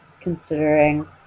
considering